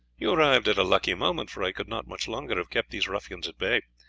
you arrived at a lucky moment, for i could not much longer have kept these ruffians at bay.